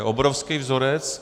Je obrovský vzorec.